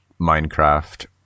minecraft